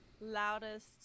loudest